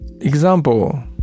Example